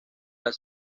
los